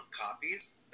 copies